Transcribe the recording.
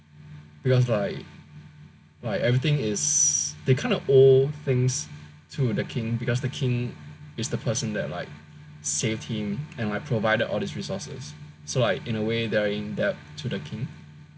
because like like everything is they kind of owe things to the king because the king is the person that like saved him and like provided all these resources so like in a way they are indebted to the king